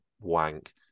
wank